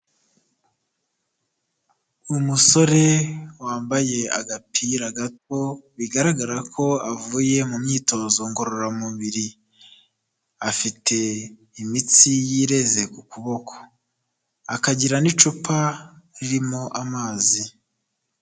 Umusore wambaye agapira gato, bigaragara ko avuye mu myitozo ngororamubiri, afite imitsi yireze ku kuboko, akagira n'icupa ririmo amazi.